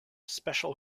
special